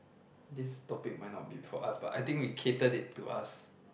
this topic might not be for us but I think we catered it to us